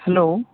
hello